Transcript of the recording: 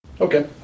Okay